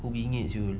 ku bingit [siol]